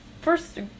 first